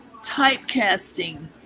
typecasting